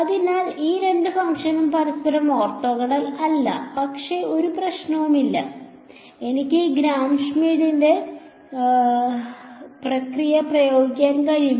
അതിനാൽ ഈ രണ്ട് ഫംഗ്ഷനുകളും പരസ്പരം ഓർത്തോഗണൽ അല്ല പക്ഷേ ഒരു പ്രശ്നവുമില്ല എനിക്ക് ഈ ഗ്രാം ഷ്മിഡ് പ്രക്രിയ പ്രയോഗിക്കാൻ കഴിയും